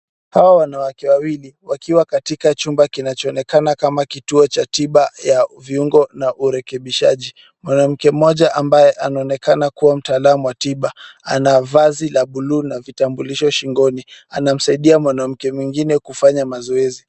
Hawa wanawake wawili, wakionekana kama wako katika tiba ya viungo ba urekebishaji. Mwanamke mmoja ambaye anaonekana kubwa mtaalamu wa tiba. Ana vazi la bluu na vitambulisho shingoni, anamsaidia mwanamke mwingine kufanya mazoezi.